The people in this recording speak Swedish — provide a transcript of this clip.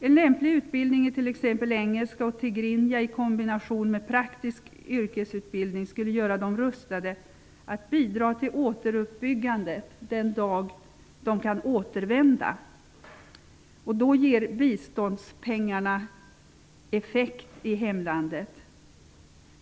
En lämplig utbildning i t.ex. engelska och tigrinja i kombination med praktisk yrkesutbildning skulle göra dem rustade att bidra till återuppbyggandet den dag de kan återvända. Då ger biståndspengarna effekt i hemlandet.